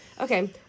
Okay